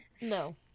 No